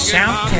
South